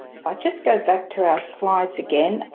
if i just go back to our slides again,